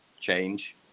change